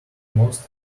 most